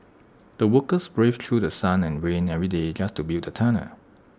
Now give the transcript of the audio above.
the workers braved through sun and rain every day just to build the tunnel